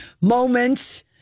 moments